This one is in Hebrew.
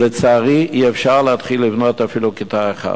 לצערי, אי-אפשר להתחיל לבנות אפילו כיתה אחת,